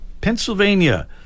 Pennsylvania